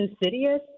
insidious